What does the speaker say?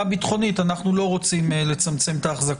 ביטחונית אנחנו לא רוצים לצמצם את ההחזקות,